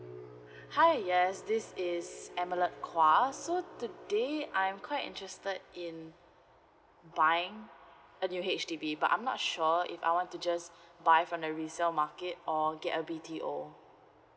hi yes this is emilet quah so today I'm quite interested in buying a new H_D_B but I'm not sure if I want to just buy from the resale market or get a B_T_O